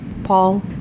Paul